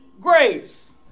grace